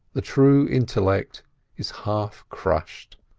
the true intellect is half crushed.